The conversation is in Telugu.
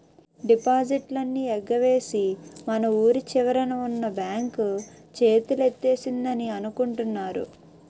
డిపాజిట్లన్నీ ఎగవేసి మన వూరి చివరన ఉన్న బాంక్ చేతులెత్తేసిందని అనుకుంటున్నారు